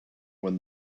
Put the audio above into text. when